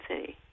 city